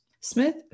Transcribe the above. Smith